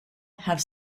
have